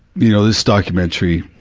you know this documentary